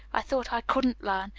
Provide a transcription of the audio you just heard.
i thought i couldn't learn,